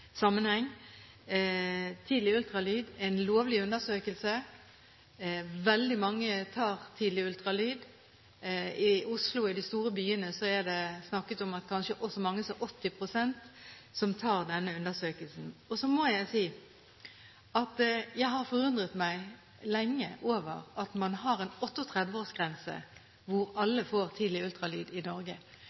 lovlig undersøkelse. Veldig mange tar tidlig ultralyd. I Oslo og de store byene er det snakk om at kanskje så mange som 80 pst. tar denne undersøkelsen. Så må jeg si at jeg har forundret meg lenge over at man har en 38-årsgrense, hvor alle kan få tidlig ultralyd i Norge.